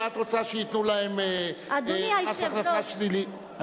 ואת רוצה שייתנו להם מס הכנסה שלילי.